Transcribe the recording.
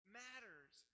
matters